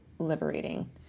liberating